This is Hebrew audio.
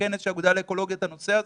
בכנס של האגודה לאקולוגיה את הנושא הזה,